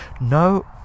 No